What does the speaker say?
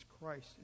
Christ